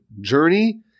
journey